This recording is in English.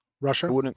Russia